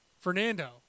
Fernando